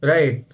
Right